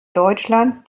deutschland